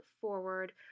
forward